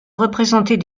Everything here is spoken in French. représenter